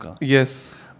yes